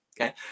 Okay